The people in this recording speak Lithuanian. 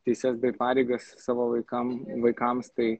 teises bei pareigas savo vaikam vaikams tai